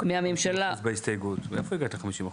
לא כתוב פה, מאיפה הבאת 50%?